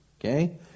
Okay